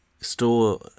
Store